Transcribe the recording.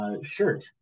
Shirt